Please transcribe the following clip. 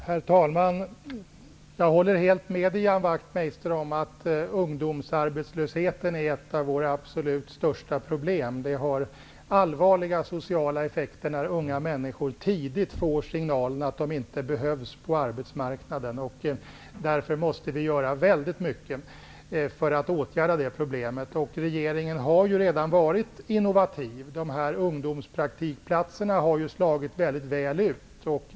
Herr talman! Jag håller helt med Ian Wachtmeister om att ungdomsarbetslösheten är ett av våra absolut största problem. Det får allvarliga sociala effekter när unga människor tidigt får signalen att de inte behövs på arbetsmarknaden. Vi måste därför göra väldigt mycket för att åtgärda det problemet. Regeringen har redan varit innovativ. Systemet med ungdomspraktikplatser har slagit väldigt väl ut.